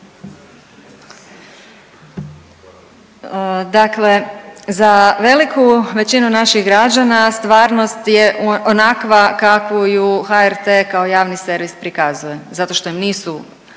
Dakle, za veliku većinu naših građana stvarnost je onakva kakvu ju HRT kao javni servis prikazuje zato što im nisu